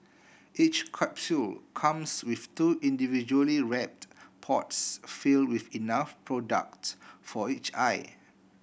each capsule comes with two individually wrapped pods fill with enough product for each eye